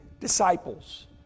disciples